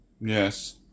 Yes